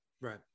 Right